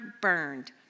burned